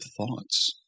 thoughts